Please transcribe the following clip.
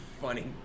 Funny